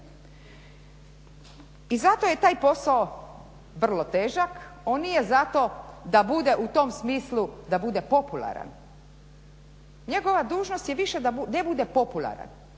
I zato je taj posao vrlo težak. On nije zato da bude u tom smislu da bude popularan. Njegova dužnost je više da ne bude popularan,